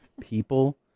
people